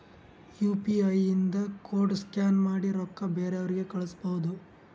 you P I ಇಂದ code scan ಮಾಡಿ ರೊಕ್ಕಾ ಬೇರೆಯವ್ರಿಗಿ ಕಳುಸ್ಬೋದ್